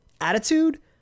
attitude